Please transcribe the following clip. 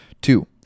Two